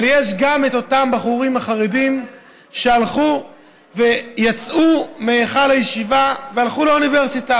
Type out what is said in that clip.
אבל יש גם את אותם בחורים חרדים שיצאו מהיכל הישיבה והלכו לאוניברסיטה,